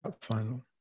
final